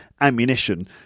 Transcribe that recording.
ammunition